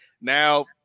now